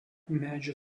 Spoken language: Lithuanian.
medžio